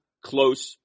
close